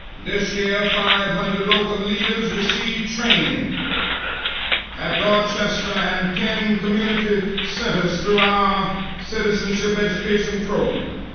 this year, five hundred local leaders received training at dorchester and ten community centers through our citizenship education program.